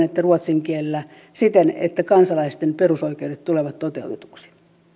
että ruotsin kielellä siten että kansalaisten perusoikeudet tulevat toteutetuksi